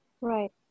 Right